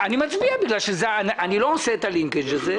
אני מצביע בגלל שאני לא עושה את הלינקג' הזה,